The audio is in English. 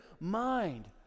mind